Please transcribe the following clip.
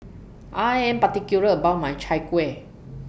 I Am particular about My Chai Kuih